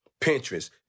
Pinterest